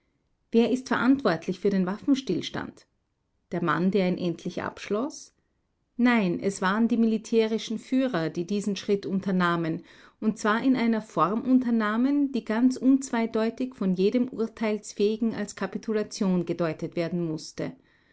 wer ist verantwortlich für den waffenstillstand der mann der ihn endlich abschloß nein es waren die militärischen führer die diesen schritt unternahmen und zwar in einer form unternahmen die ganz unzweideutig von jedem urteilsfähigen als kapitulation gedeutet werden mußte